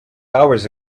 hours